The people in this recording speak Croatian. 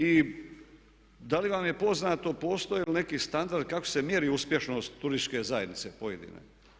I da li vam je poznato postoje li neki standardi kako se mjeri uspješnost turističke zajednice pojedine?